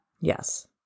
Yes